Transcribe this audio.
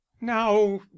now